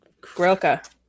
Grilka